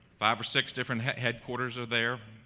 five or six different headquarters are there,